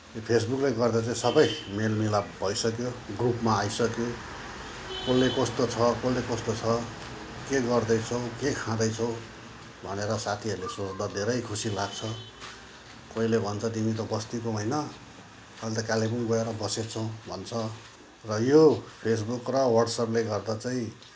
यो फेसबुकले गर्दा चाहिँ सबै मेलमिलाप भइसक्यौ ग्रुपमा आइसक्यौ कसलाई कस्तो छ कसलाई कस्तो छ के गर्दैछौ के खाँदैछौ भनेर साथीहरूले सोद्धाखेरि धेरै खुसी लाग्छ कोहीले भन्छ तिमी त बस्तीको होइन अहिले कालिम्पोङ गएर बसेछौ भन्छ र यो फेसबुक र वाट्सएपले गर्दा चाहिँ